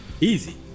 Easy